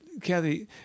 Kathy